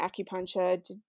acupuncture